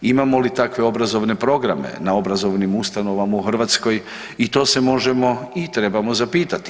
Imamo li takve obrazovne programe na obrazovnim ustanovama u Hrvatskoj i to se možemo i trebamo zapitati.